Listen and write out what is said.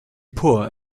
poor